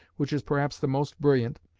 which is perhaps the most brilliant,